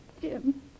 Jim